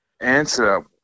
answer